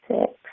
six